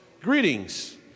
greetings